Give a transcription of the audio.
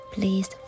Please